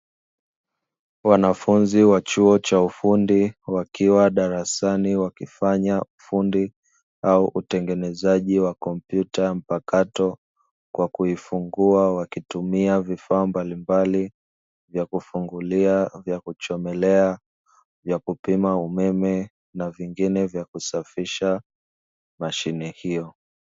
wanafunzi wa chuo cha ufundi, wakiwa darasani wakifanya ufundi au utengenezaji wa kompyuta mpakato kwa kuifungua, wakitumia vifaa mbalimbali vya kufungulia, vya kuchomelea, vya kupima umeme na vingine vya kusafisha mashine hiyo.